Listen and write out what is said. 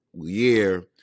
year